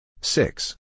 Six